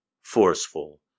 forceful